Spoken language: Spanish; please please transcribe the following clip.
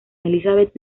elizabeth